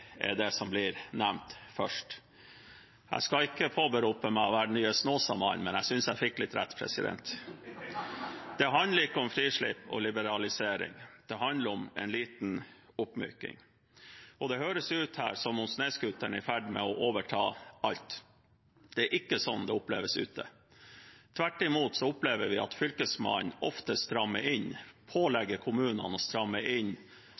er det som blir nevnt først. Jeg skal ikke påberope meg å være den nye Snåsamannen, men jeg synes jeg fikk litt rett. Det handler ikke om frislipp og liberalisering, det handler om en liten oppmyking. Det høres her ut som om snøscooteren er i ferd med å overta alt. Det er ikke sånn det oppleves der ute. Tvert imot opplever vi at Fylkesmannen ofte strammer inn, pålegger kommunene å stramme inn